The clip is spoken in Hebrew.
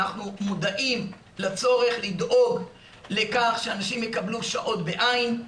אנחנו מודעים לצורך לדאוג לכך שאנשים יקבלו שעות בעין,